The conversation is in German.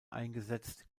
eingesetzt